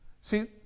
see